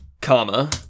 comma